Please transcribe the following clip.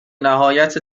نهایت